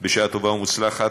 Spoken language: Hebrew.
בשעה טובה ומוצלחת.